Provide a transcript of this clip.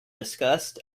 discussed